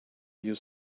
you